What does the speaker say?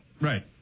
Right